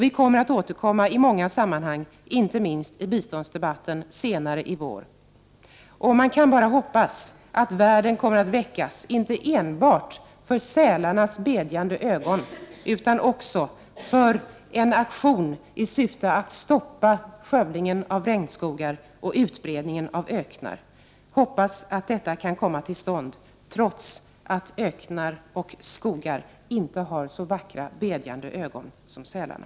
Vi skall återkomma i många sammanhang, inte minst i biståndsdebatten senare i vår. Man kan bara hoppas att världen kommer att väckas, inte enbart för sälarnas bedjande ögon utan också för en aktion i syfte att stoppa skövlingen av regnskogar och utbredningen av öknar, hoppas att detta kan komma till stånd trots att öknar och skogar inte har så vackra, bedjande ögon som sälarna.